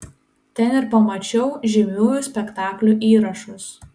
ten ir pamačiau žymiųjų spektaklių įrašus